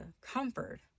comfort